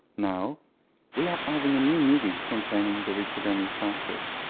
now we are adding a new medium containing the reprogramming factors.